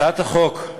אתה מעדיף לדבר מן הדוכן?